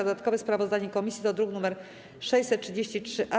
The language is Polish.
Dodatkowe sprawozdanie komisji to druk nr 633-A.